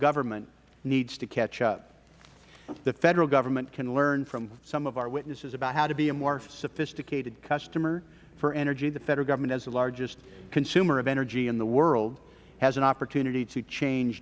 government needs to catch up the federal government can learn from some of our witnesses about how to be a more sophisticated customer for energy the federal government as the largest consumer of energy in the world has an opportunity to change